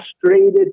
frustrated